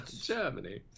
germany